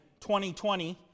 2020